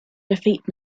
defeat